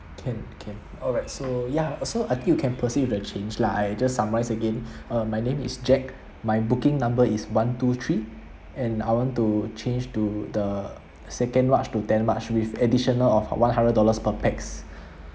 can alright so ya so I think you can proceed with the change lah I just summarise again uh my name is jack my booking number is one two three and I want to change to the second march to ten march with additional of one hundred dollars per pax